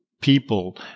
people